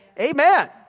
Amen